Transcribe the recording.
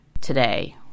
today